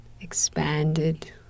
expanded